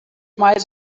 might